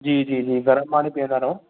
जी जी जी गरमु पाणी पीअंदा रहो